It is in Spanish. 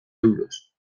euros